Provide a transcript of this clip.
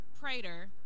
prater